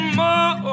more